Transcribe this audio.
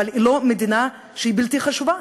אבל היא לא מדינה שהיא בלתי חשובה.